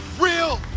real